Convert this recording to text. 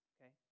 Okay